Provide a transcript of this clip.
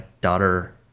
daughter